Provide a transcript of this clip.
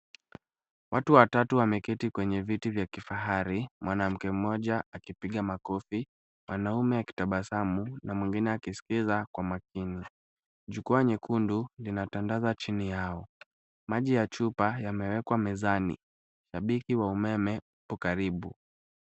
Watu watatu wameketi kwenye viti vya kifahari mwanamke mmoja akipiga makofi, mwanaume akitabasamu na mwingine akiskiza kwa makini. Jukwaa nyekundu linatandaza chini yao. Maji ya chupa yamewekwa mezani. Nabiki wa umeme uko karibu.